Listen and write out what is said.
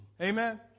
Amen